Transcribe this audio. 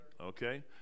Okay